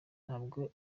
ntabwo